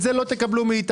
את זה לא תקבלו מאתנו.